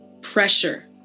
pressure